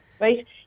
right